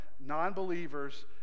non-believers